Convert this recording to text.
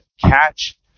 Catch